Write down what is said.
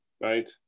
Right